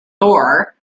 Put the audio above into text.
thor